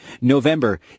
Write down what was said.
November